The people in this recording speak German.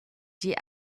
die